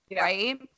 Right